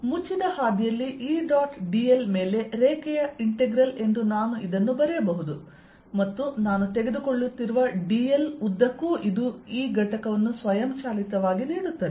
ಮುಚ್ಚಿದ ಹಾದಿಯಲ್ಲಿ E dot dl ಮೇಲೆ ರೇಖೆಯ ಇಂಟೆಗ್ರಲ್ ಎಂದು ನಾನು ಇದನ್ನು ಬರೆಯಬಹುದು ಮತ್ತು ನಾನು ತೆಗೆದುಕೊಳ್ಳುತ್ತಿರುವ dl ಉದ್ದಕ್ಕೂ ಇದು E ಘಟಕವನ್ನು ಸ್ವಯಂಚಾಲಿತವಾಗಿ ನೀಡುತ್ತದೆ